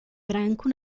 branco